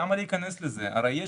למה להיכנס לזה?